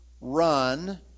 Run